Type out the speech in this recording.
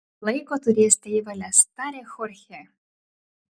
laiko turėsite į valias tarė chorchė